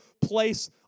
place